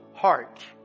heart